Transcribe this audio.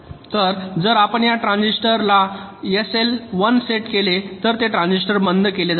तर जर आपण या ट्रान्झिस्टर एसएलला १ केले तर ते ट्रान्झिस्टर बंद केले जातील